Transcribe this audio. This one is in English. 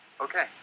Okay